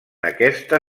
aquesta